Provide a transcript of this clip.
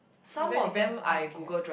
oh that depends on how many you have